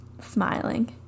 smiling